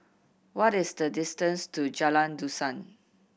what is the distance to Jalan Dusan